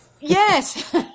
Yes